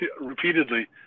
repeatedly